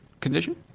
condition